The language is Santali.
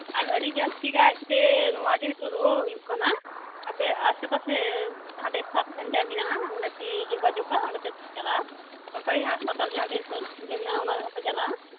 ᱟᱨ ᱟᱹᱰᱤ ᱡᱟᱹᱥᱛᱤ ᱠᱟᱭᱛᱮ ᱱᱚᱣᱟ ᱡᱮᱦᱮᱛᱩ ᱨᱩᱣᱟᱹ ᱦᱩᱭᱩᱜ ᱠᱟᱱᱟ ᱟᱯᱮ ᱟᱥᱮᱯᱟᱥᱮ ᱡᱟᱦᱟᱸᱴᱮᱡ ᱥᱟᱵᱥᱮᱱᱴᱟᱨ ᱢᱮᱱᱟᱜ ᱟ ᱚᱸᱰᱮᱯᱮ ᱡᱚᱜᱟᱡᱚᱜ ᱟ ᱚᱸᱰᱮᱯᱮ ᱪᱟᱞᱟᱜ ᱟ ᱥᱚᱨᱠᱟᱨᱤ ᱦᱟᱥᱯᱟᱛᱟᱞ ᱡᱟᱦᱟᱸᱴᱷᱮᱡ ᱥᱩᱨ ᱨᱮ ᱢᱮᱱᱟᱜ ᱟ ᱚᱱᱟᱨᱮᱦᱚᱸᱯᱮ ᱪᱟᱞᱟᱜ ᱟ